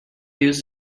use